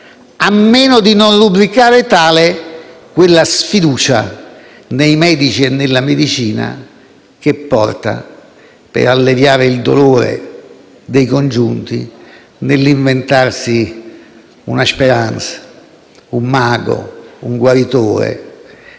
a meno di non rubricare tale quella sfiducia nei medici e nella medicina che porta, per alleviare il dolore dei congiunti, ad inventarsi una speranza, un mago, un guaritore,